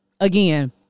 again